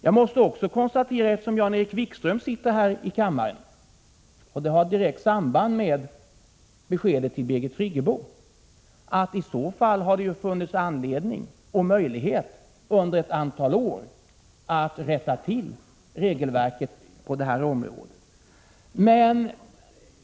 Eftersom Jan-Erik Wikström sitter här i kammaren, måste jag också konstatera — och det har ett direkt samband med beskedet till Birgit Friggebo —att det i så fall under ett antal år har funnits anledning och möjlighet att rätta till regelverket på detta område.